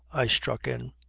i struck in.